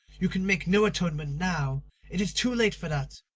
you can make no atonement now it is too late for that.